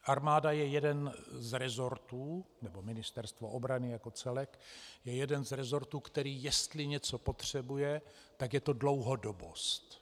Armáda je jeden z resortů, nebo Ministerstvo obrany jako celek je jeden z resortů, který jestli něco potřebuje, tak je to dlouhodobost.